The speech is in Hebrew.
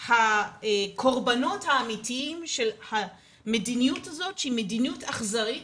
הם הקורבנות האמיתיים של המדיניות הזאת שהיא מדיניות אכזרית